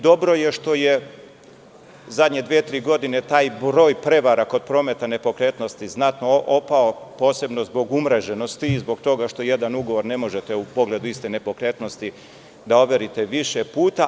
Dobro je što je zadnje dve-tri godine taj broj prevara kod prometa nepokretnosti znatno opao, posebno zbog umreženosti i zbog toga što jedan ugovor u pogledu iste nepokretnosti da overite više puta.